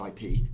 IP